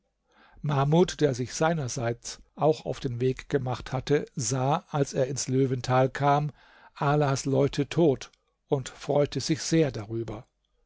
mahmud der sich seinerseits auch auf den weg gemacht hatte sah als er ins löwenthal kam alas leute tot und freute sich sehr darüber